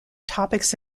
topics